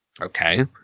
Okay